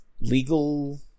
Legal